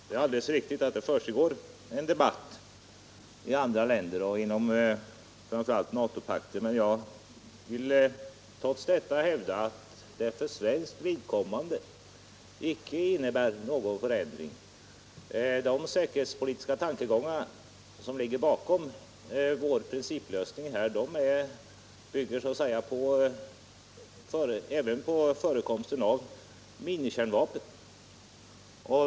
Det är alldeles riktigt att det försiggår en sådan här debatt i andra länder, framför allt inom NATO-pakten, men jag vill trots detta hävda att det för svenskt vidkommande icke innebär någon förändring i uppfattning. De säkerhetspolitiska tankegångar som ligger bakom vår principlösning bygger även på förekomsten av minikärnvapen.